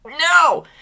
No